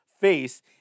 face